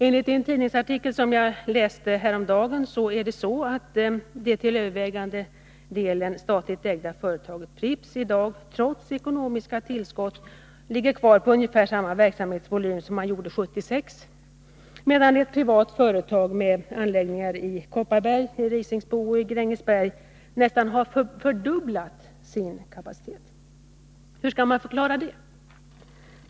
Enligt en tidningsartikel som jag läste häromdagen ligger det till övervägande delen statligt ägda företaget Pripps i dag trots ekonomiska tillskott kvar på ungefär samma verksamhetsvolym som det gjorde 1976, medan ett privatägt företag med anläggningar i Kopparberg, Grängesberg och Risingsbo nästan har fördubblat sin kapacitet. Hur skall man förklara det?